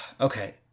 okay